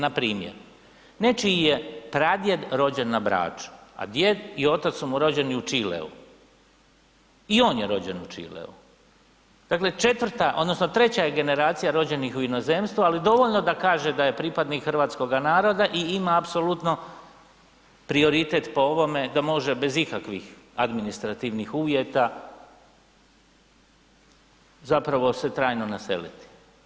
Npr. nečiji je pradjed rođen na Braču, a djed i otac su mu rođeni u Čileu i on je rođen u Čileu dakle treća je generacija rođenih u inozemstvu, ali dovoljno da kaže da je pripadnih hrvatskoga naroda i ima apsolutno prioritet po ovome da može bez ikakvih administrativnih uvjeta zapravo se trajno naseliti.